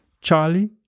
Charlie